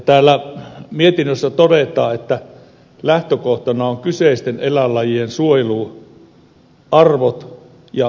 täällä mietinnössä todetaan että lähtökohtana on kyseisten eläinlajien suojeluarvot ja suojelutarpeet